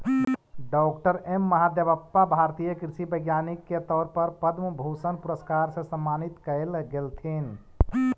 डॉ M Mahadevappa भारतीय कृषि वैज्ञानिक के तौर पर पद्म भूषण पुरस्कार से सम्मानित कएल गेलथीन